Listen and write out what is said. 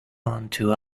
unto